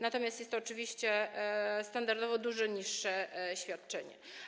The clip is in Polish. Natomiast jest to oczywiście standardowo dużo niższe świadczenie.